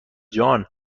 جان